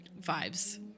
vibes